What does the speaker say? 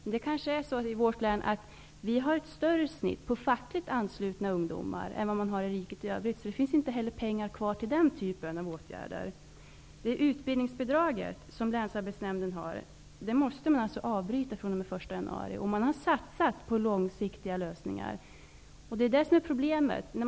Men det kanske är så i vårt län att vi har ett större snitt på fackligt anslutna ungdomar än man har i riket i övrigt. Så det finns inte heller pengar kvar till den typen av åtgärder. Det utbildningsbidrag som länsarbetsnämnderna har kunnat ge måste man upphöra med den 1 januari 1993. Men många har satsat på långsiktiga lösningar. Det är problemet.